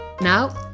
Now